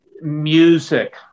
music